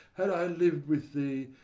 had i lived with thee,